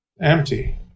Empty